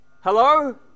Hello